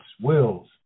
wills